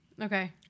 Okay